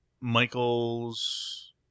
Michael's